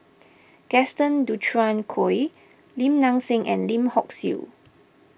Gaston Dutronquoy Lim Nang Seng and Lim Hock Siew